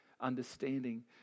understanding